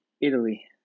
Italy